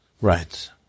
Right